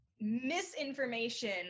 misinformation